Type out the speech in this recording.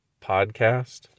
podcast